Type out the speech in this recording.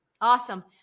Awesome